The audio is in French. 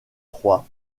trois